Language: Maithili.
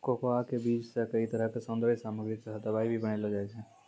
कोकोआ के बीज सॅ कई तरह के सौन्दर्य सामग्री तथा दवाई भी बनैलो जाय छै